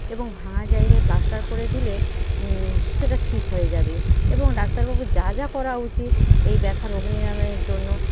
এবং ভাঙা জায়গায় প্লাস্টার করে দিলে সেটা ঠিক হয়ে যাবে এবং ডাক্তারবাবুর যা যা করা উচিৎ এই ব্যথা রোগ নিরাময়ের জন্য